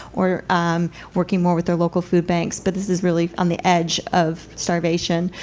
or working more with their local food banks. but this is really on the edge of starvation.